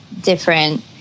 different